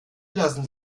lassen